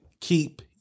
Keep